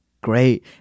great